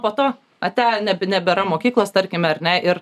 po to ate nebe nebėra mokyklos tarkime ar ne ir